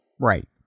Right